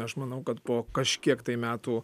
aš manau kad po kažkiek metų